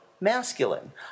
masculine